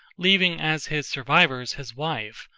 leaving as his survivors his wife,